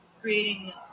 creating